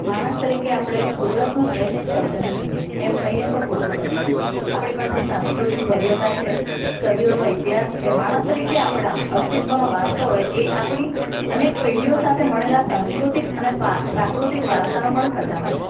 માણસ તરીકે આપણે કુદરતનું શ્રેષ્ઠ સર્જન છીએ એમ કહીએ તો ખોટું નથી આપણી પાસે સાંસ્કૃતિક ભવ્યતા છે સદીઓનો ઇતિહાસ છે માણસ તરીકે આપણાં અસ્તિત્ત્વનો વારસો એ આપણી અનેક પેઢીઓ સાથે મળેલા સાંસ્કૃતિક અને પ્રાકૃતિક વારસાનો પણ ખજાનો છે